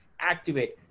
activate